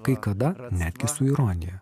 kai kada netgi su ironija